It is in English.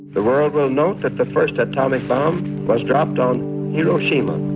the world will note that the first atomic bomb was dropped on hiroshima.